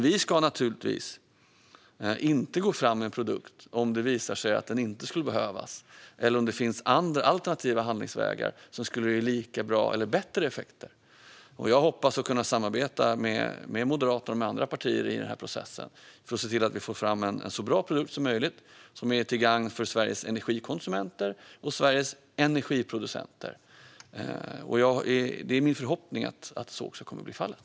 Vi ska naturligtvis inte gå fram med en produkt om det visar sig att den inte skulle behövas eller om det finns alternativa handlingsvägar som skulle ge lika bra eller bättre effekter. Jag hoppas att kunna samarbeta med Moderaterna och med andra partier i processen för att se till att vi får fram en så bra produkt som möjligt som är till gagn för Sveriges energikonsumenter och Sveriges energiproducenter. Det är min förhoppning att så kommer att bli fallet.